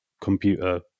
computer